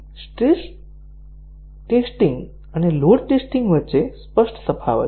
stress testing અને load testing વચ્ચે સ્પષ્ટ તફાવત છે